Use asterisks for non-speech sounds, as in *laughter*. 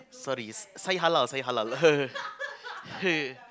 sorry s~ say halal say halal *laughs*